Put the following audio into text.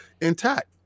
intact